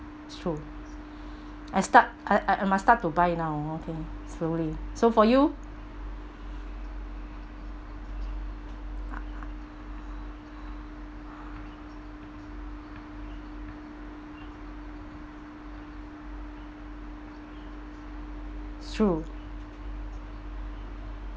it's true I start I I I must start to buy now okay slowly so for you it's true